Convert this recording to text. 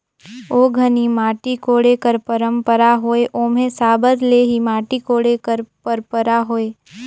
ओ घनी माटी कोड़े कर पंरपरा होए ओम्हे साबर ले ही माटी कोड़े कर परपरा होए